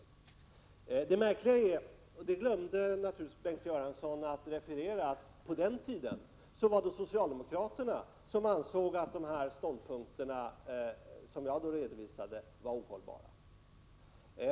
Det märkliga är — och det glömde naturligtvis Bengt Göransson att referera —att tidigare var det socialdemokraterna som ansåg att de ståndpunkter som jag redovisade var ohållbara.